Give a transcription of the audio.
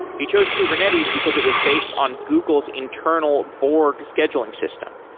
he chose kubernetes because it was based on google's internal borg scheduling system.